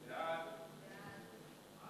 סעיפים 1 2